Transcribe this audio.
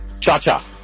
Cha-cha